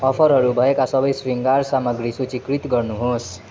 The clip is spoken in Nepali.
अफरहरू भएका सबै शृङ्गार सामग्री सूचीकृत गर्नुहोस्